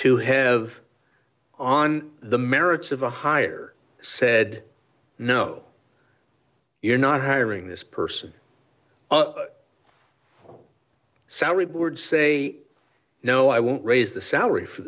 to have on the merits of a hire said no you're not hiring this person salary would say no i won't raise the salary for